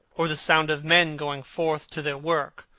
or the sound of men going forth to their work,